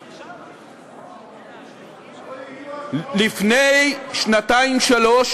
לא יהיו השקעות, לפני שנתיים-שלוש